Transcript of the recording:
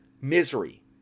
misery